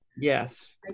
Yes